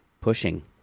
Pushing